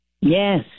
Yes